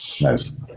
Nice